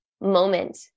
moment